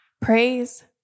Praise